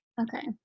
Okay